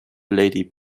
lady